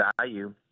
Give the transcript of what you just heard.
value